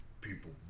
people